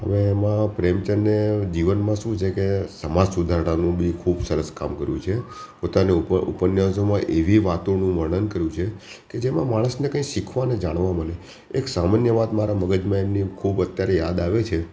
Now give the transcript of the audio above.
અને એમાં પ્રેમચંદએ જીવનમાં શું છે કે સમાજ સુધારણાનું બી ખૂબ સરસ કામ કર્યું છે પોતાને ઉપ ઉપન્યાસોમાં એવી વાતોનું વર્ણન કર્યું છે કે જેમાં માણસને કંઈક શીખવા ને જાણવા મળે એક સામાન્ય વાત મારા મગજમાં એમની ખૂબ અત્યારે યાદ આવે છે